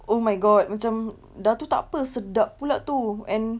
oh my god macam dah itu tak apa sedap pula itu and